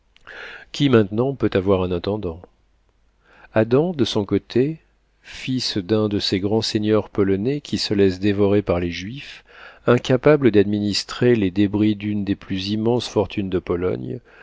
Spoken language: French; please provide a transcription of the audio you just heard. qui maintenant peut avoir un intendant adam de son côté fils d'un de ces grands seigneurs polonais qui se laissent dévorer par les juifs incapable d'administrer les débris d'une des plus immenses fortunes de pologne